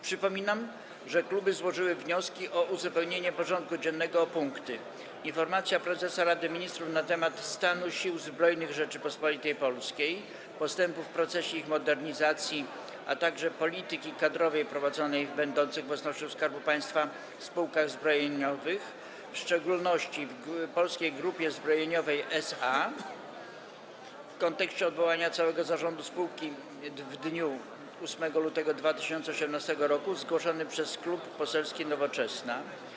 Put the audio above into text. Przypominam, że kluby złożyły wnioski o uzupełnienie porządku dziennego o punkty: - Informacja prezesa Rady Ministrów na temat stanu Sił Zbrojnych Rzeczypospolitej Polskiej, postępów w procesie ich modernizacji, a także polityki kadrowej prowadzonej w będących własnością Skarbu Państwa spółkach zbrojeniowych, w szczególności Polskiej Grupie Zbrojeniowej SA, w kontekście odwołania całego zarządu spółki w dniu 8 lutego 2018 r., zgłoszony przez Klub Poselski Nowoczesna,